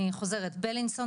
אני חוזרת בילינסון,